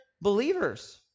believers